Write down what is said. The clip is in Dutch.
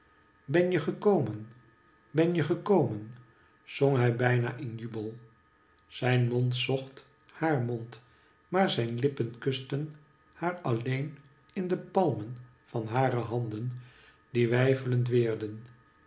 ben je gekomen ben je gekomen zong hij bijna in jubel zijn mond zocht haar mond maar zijn uppen kusten haar alleen in de palmen van hare handen die weifelend weerden